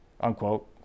unquote